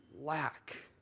lack